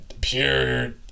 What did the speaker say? pure